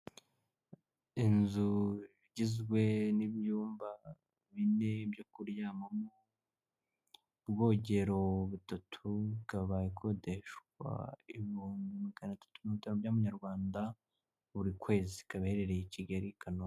Inzu igizwe n'ibyumba bine byo kuryamamo, ubwogero butatu ikaba ikodeshwa ibihumbi maganatatu mirongo itanu by'amanyarwanda kukwezi ,ikaba iherereye muri Kigali, ikanombe.